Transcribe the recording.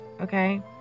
okay